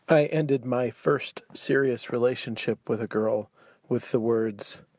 i ended my first serious relationship with a girl with the words!